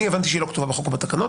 אני הבנתי שהיא לא כתובה בחוק או בתקנות.